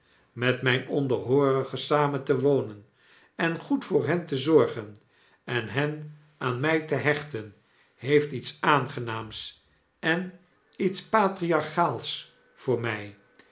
met myne onderhoorigen samen te wonen en goed voor hen te zorgen en hen aan my te hechten heeft iets aangenaams en iets patriarchaals voor my